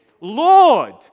Lord